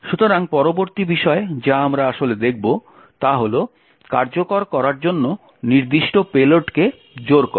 সুতরাং পরবর্তী বিষয় যা আমরা আসলে দেখব তা হল কার্যকর করার জন্য নির্দিষ্ট পেলোডকে জোর করা